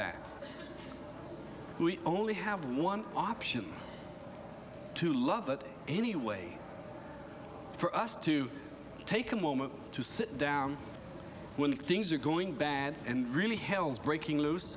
that we only have one option to love it anyway for us to take a moment to sit down when things are going bad and really hell is breaking loose